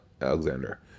Alexander